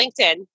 LinkedIn